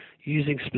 using